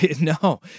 No